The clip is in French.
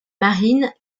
marine